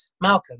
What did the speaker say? Malcolm